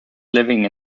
living